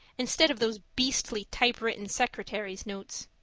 instead of those beastly typewritten secretary's notes.